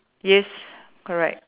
yes correct